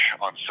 on